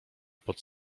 pod